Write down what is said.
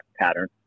pattern